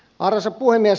arvoisa puhemies